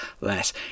less